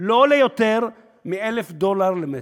לא עולה יותר מ-1,000 דולר למ"ר.